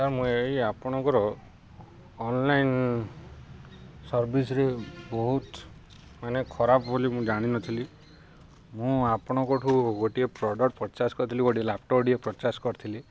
sir ମୁଁ ଏଇ ଆପଣଙ୍କର ଅନଲାଇନ୍ ସର୍ଭିସ୍ରେ ବହୁତ ମାନେ ଖରାପ୍ ବୋଲି ମୁଁ ଜାଣିନଥିଲି ମୁଁ ଆପଣଙ୍କଠୁ ଗୋଟିଏ ପ୍ରଡ଼କ୍ଟ ପର୍ଚେସ୍ କରିଥିଲି ଗୋଟିଏ ଲ୍ୟାପ୍ଟପ୍ ଟିକେ ପର୍ଚେସ୍ କରିଥିଲି